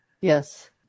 Yes